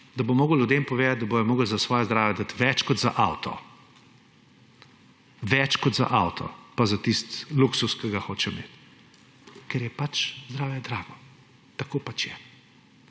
da bi moral ljudem povedati, da bojo morali za svoje zdravje dati več kot za avto, več kot za avto pa za tisti luksuz, ki ga hočejo imeti, ker je pač zdravje drago, tako pač je.